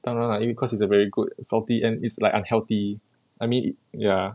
当然啦因为 cause it's a very good salty and it's like unhealthy I mean ya